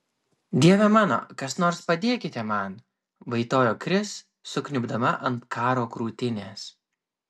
dieve mano kas nors padėkite man vaitojo kris sukniubdama ant karo krūtinės